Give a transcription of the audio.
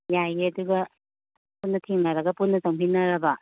ꯌꯥꯏꯌꯦ ꯑꯗꯨꯒ ꯄꯨꯟꯅ ꯊꯦꯡꯅꯔꯒ ꯄꯨꯟꯅ ꯆꯪꯃꯤꯟꯅꯔꯕ